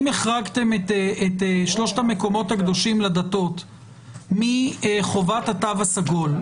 אם החרגתם את שלושת המקומות הקדושים לדתות מחובת התו הסגול,